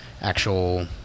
actual